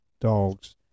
dogs